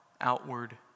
outward